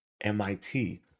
MIT